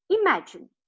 imagine